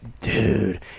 dude